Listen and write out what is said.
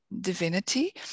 divinity